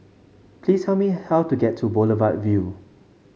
please tell me how to get to Boulevard Vue